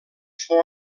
fou